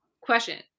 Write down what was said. Question